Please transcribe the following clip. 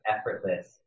effortless